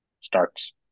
starts